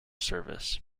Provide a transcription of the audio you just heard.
service